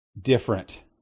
different